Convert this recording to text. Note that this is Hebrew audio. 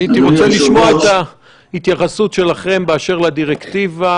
אני הייתי רוצה לשמוע את ההתייחסות שלכם באשר לדירקטיבה,